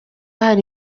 hari